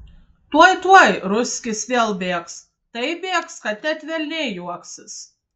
tuoj tuoj ruskis vėl bėgs taip bėgs kad net velniai juoksis